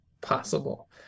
possible